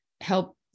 Help